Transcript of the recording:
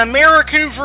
American